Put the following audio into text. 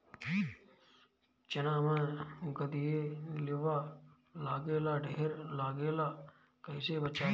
चना मै गधयीलवा लागे ला ढेर लागेला कईसे बचाई?